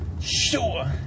Sure